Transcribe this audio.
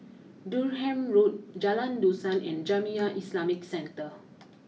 Durham Road Jalan Dusan and Jamiyah Islamic Centre